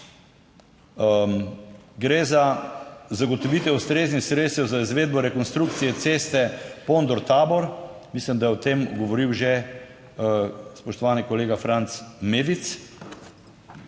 gre za zagotovitev ustreznih sredstev za izvedbo rekonstrukcije ceste Pondor-Tabor. Mislim, da je o tem govoril že spoštovani kolega Franc Medic.